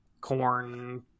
corn